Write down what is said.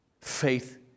Faith